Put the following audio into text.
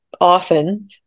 often